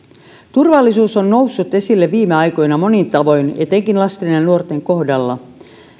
turvallisuus on noussut esille viime aikoina monin tavoin etenkin lasten ja nuorten kohdalla